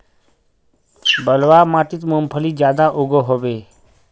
बलवाह माटित मूंगफली ज्यादा उगो होबे?